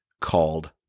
called